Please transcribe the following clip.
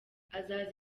azaza